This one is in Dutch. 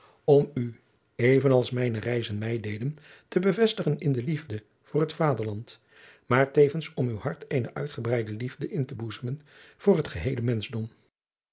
om u even als mijne reizen mij deden te bevestigen in de liefde voor het vaderland maar tevens om uw hart eene uitgebreide liefde in te boezemen voor het geheele